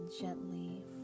gently